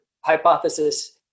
hypothesis